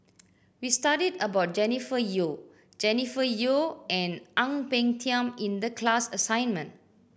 we studied about Jennifer Yeo Jennifer Yeo and Ang Peng Tiam in the class assignment